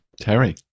Terry